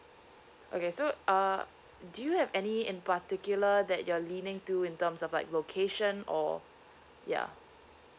okay so err do you have any in particular that you're leaning to in terms of like location or yeah